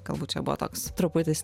galbūt čia buvo toks truputis